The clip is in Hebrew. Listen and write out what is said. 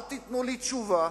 אל תיתנו לי תשובה